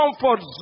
comfort